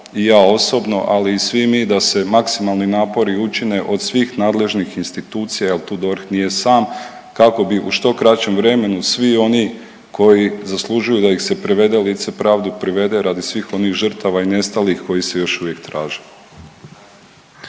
i ja osobno, ali i svi mi da se maksimalni napori učine od svih nadležnih institucija jel tu DORH nije sam kako bi u što kraćem vremenu svi oni koji zaslužuju da ih se privede lice pravdi privede radi svih onih žrtava i nestalih koji se još uvijek traže.